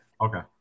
Okay